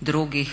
drugih